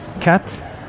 cat